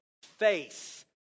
Face